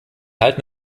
halten